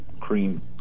cream